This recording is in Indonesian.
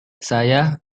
saya